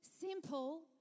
simple